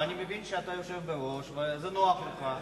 אני מבין שאתה יושב בראש וזה נוח לך.